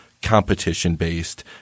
competition-based